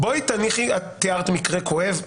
את תיארת מקרה כואב.